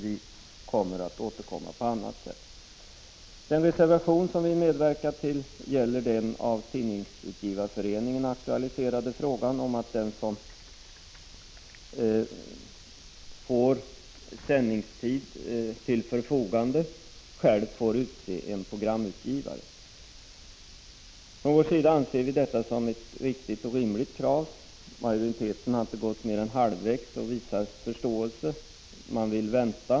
Vi avser att återkomma på annat sätt. | Den reservation som vi medverkar till gäller den av Tidningsutgivareföreningen aktualiserade frågan om att den som får sändningstid till sitt förfogande själv skall få utse en programutgivare. Från vår sida anser vi detta vara ett rimligt krav. Majoriteten visar förståelse för våra synpunkter, men harinte gått oss mer än halvvägs till mötes. Utskottet vill vänta.